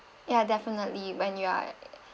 ya definitely when you are